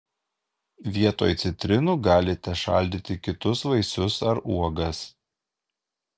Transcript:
vietoj citrinų galite šaldyti kitus vaisius ar uogas